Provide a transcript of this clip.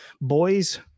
Boys